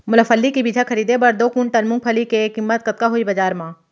मोला फल्ली के बीजहा खरीदे बर हे दो कुंटल मूंगफली के किम्मत कतका होही बजार म?